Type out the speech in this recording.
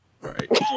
Right